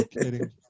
kidding